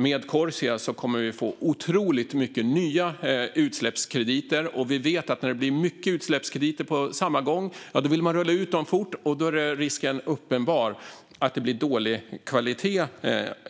Med Corsia kommer vi att få otroligt mycket nya utsläppskrediter. När det blir mycket utsläppsrätter på samma gång vet vi att man vill rulla ut dem fort, och då är risken uppenbar att det blir dålig kvalitet